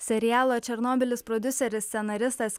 serialo černobylis prodiuseris scenaristas